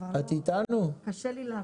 זאת אומרת 80% הקלה או